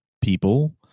people